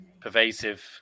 pervasive